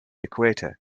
equator